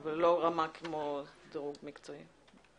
אבל לא רמה כמו דירוג מקצועי.